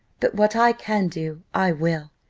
but what i can do i will,